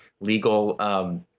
legal